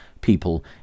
people